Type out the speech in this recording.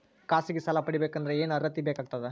ಖಾಸಗಿ ಸಾಲ ಪಡಿಬೇಕಂದರ ಏನ್ ಅರ್ಹತಿ ಬೇಕಾಗತದ?